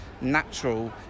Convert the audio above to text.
natural